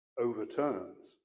overturns